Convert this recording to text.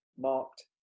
marked